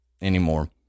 anymore